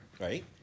right